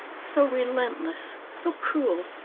so relentless, so cruel,